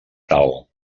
tal